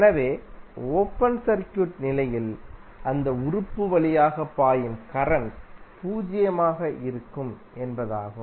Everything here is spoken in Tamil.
எனவே ஓபன் சர்க்யூட் நிலையில் அந்த உறுப்பு வழியாக பாயும் கரண்ட் பூஜ்ஜியமாக இருக்கும் என்பதாகும்